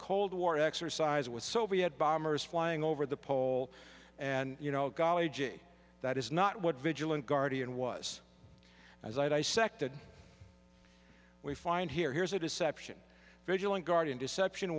cold war exercise with soviet bombers flying over the pole and you know golly gee that is not what vigilant guardian was as i dissected we find here here's a deception vigilant guardian deception